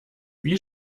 wie